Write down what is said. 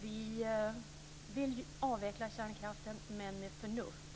Vi vill avveckla kärnkraften men med förnuft.